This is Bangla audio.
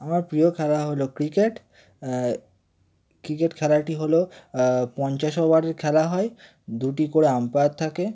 আমার প্রিয় খেলা হল ক্রিকেট ক্রিকেট খেলাটি হল পঞ্চাশ ওভারের খেলা হয় দুটি করে আম্পায়ার থাকে